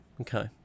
Okay